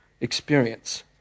experience